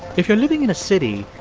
if you're living in a city,